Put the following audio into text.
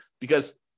Because-